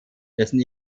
dessen